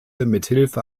mithilfe